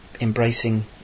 embracing